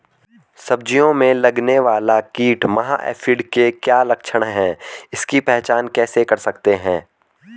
सब्जियों में लगने वाला कीट माह एफिड के क्या लक्षण हैं इसकी पहचान कैसे कर सकते हैं?